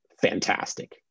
fantastic